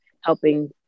helping